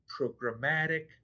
programmatic